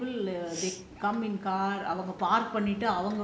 you see a lot of people they come in car